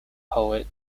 poet